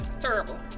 Terrible